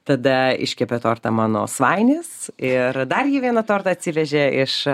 tada iškepė tortą mano svainis ir dar jį vieną tortą atsivežė iš a